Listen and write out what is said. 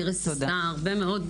איריס עשתה הרבה מאוד